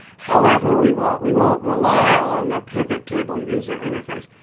however, we won't we won't rely on the pivot table user interface.